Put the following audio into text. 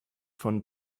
von